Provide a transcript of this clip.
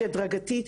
שהיא הדרגתית,